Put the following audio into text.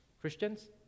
Christians